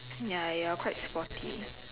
ya you're quite sporty